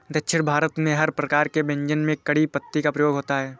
दक्षिण भारत में हर प्रकार के व्यंजन में कढ़ी पत्ते का प्रयोग होता है